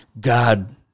God